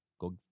go